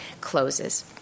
closes